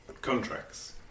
Contracts